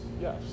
yes